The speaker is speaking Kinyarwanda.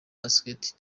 basket